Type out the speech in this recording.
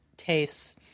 Tastes